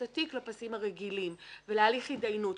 התיק לפסים הרגילים ולהליך התדיינות.